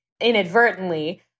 inadvertently